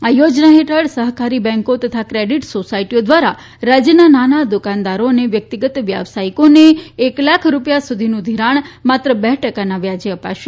આ યોજના હેઠળ સહકારી બેન્કો તથા ક્રેડિટ સોસાયટીઓ દ્વારા રાજ્યના નાના દુકાનદારો અને વ્યક્તિગત વ્યવસાયિકોને એક લાખ રૂપિયા સુધીનું ઘિરાણ માત્ર બે ટકાના વ્યાજે અપાશે